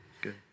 Good